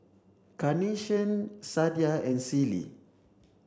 Carnation Sadia and Sealy